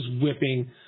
whipping